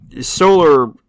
solar